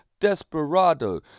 Desperado